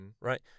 right